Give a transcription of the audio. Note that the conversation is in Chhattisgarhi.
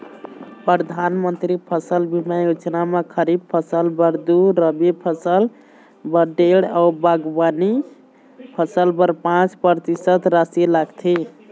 परधानमंतरी फसल बीमा योजना म खरीफ फसल बर दू, रबी फसल बर डेढ़ अउ बागबानी फसल बर पाँच परतिसत रासि लागथे